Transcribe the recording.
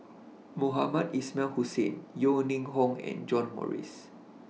Mohamed Ismail Hussain Yeo Ning Hong and John Morrice